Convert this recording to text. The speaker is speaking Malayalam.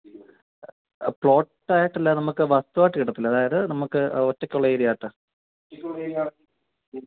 പ്ലോട്ട് ആയിട്ടല്ല നമുക്ക് വസ്തുവായിട്ട് കിട്ടത്തില്ലേ അതായത് നമുക്ക് ഒറ്റയ്ക്കുള്ള ഏരിയ ആയിട്ട്